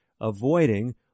avoiding